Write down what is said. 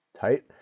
Tight